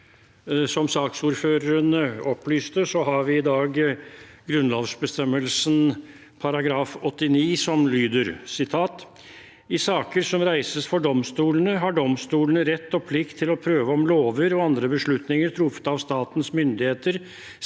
Som saksordføreren opplyste, har vi i dag grunnlovsbestemmelsen § 89, som lyder: «I saker som reises for domstolene, har domstolene rett og plikt til å prøve om lover og andre beslutninger truffet av statens myndigheter